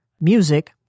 music